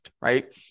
right